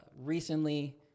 recently